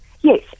Yes